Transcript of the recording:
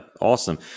Awesome